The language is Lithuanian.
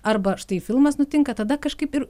arba štai filmas nutinka tada kažkaip ir